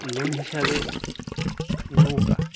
loan হিসাবে নৌকা